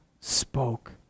spoke